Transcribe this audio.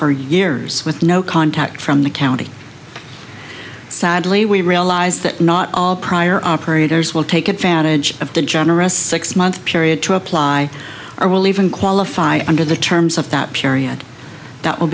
for years with no contact from the county sadly we realize that not all prior operators will take advantage of the generous six month period to apply or will even qualify under the terms of that period that will